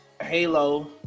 Halo